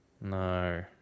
No